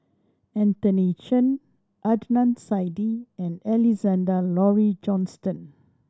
Anthony Chen Adnan Saidi and Alexander Laurie Johnston